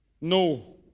No